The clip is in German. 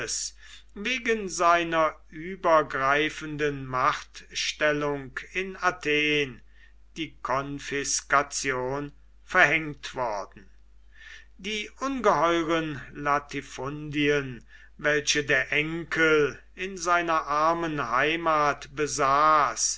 wegen seiner übergreifenden machtstellung in athen die konfiskation verhängt worden die ungeheuren latifundien welche der enkel in seiner armen heimat besaß